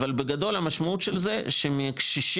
אבל בגדול המשמעות של זה שמקשישים,